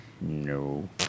No